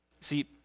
See